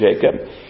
Jacob